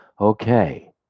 okay